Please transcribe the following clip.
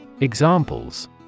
Examples